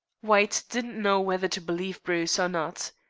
white didn't know whether to believe bruce or not.